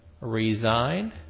resigned